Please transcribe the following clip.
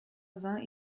vin